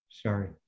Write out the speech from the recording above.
Sorry